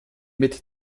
mit